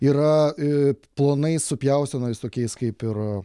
yra plonai supjausto tenais tokiais kaip ir